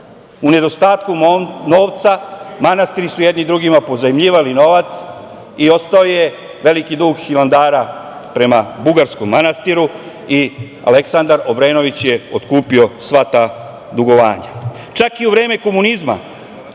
U nedostatku novca manastiri su jedni drugima pozajmljivali novac i ostao je veliki dug Hilandara prema Bugarskom manastiru i Aleksandar Obrenović je otkupio sva ta dugovanja. Čak i u vreme komunizma